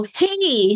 hey